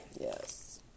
Yes